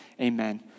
amen